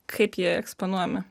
kaip jie eksponuojami